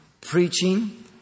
preaching